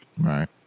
right